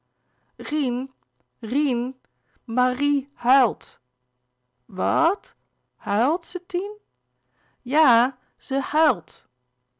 rien marie huilt wat huilt ze tien ja ze huilt